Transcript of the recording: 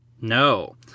No